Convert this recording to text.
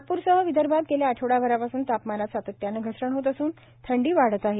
नागपूरसह विदर्भात गेल्या आठवडाभरापासून तापमानात सातत्यानं घसरण होत असून थंडी वाढत आहे